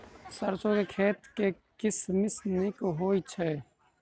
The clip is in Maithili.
सैरसो केँ के किसिम नीक होइ छै?